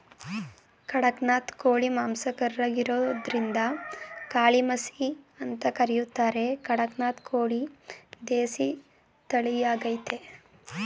ಖಡಕ್ನಾಥ್ ಕೋಳಿ ಮಾಂಸ ಕರ್ರಗಿರೋದ್ರಿಂದಕಾಳಿಮಸಿ ಅಂತ ಕರೀತಾರೆ ಕಡಕ್ನಾಥ್ ಕೋಳಿ ದೇಸಿ ತಳಿಯಾಗಯ್ತೆ